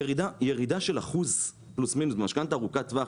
ירידה של 1% במשכנתא ארוכת טווח,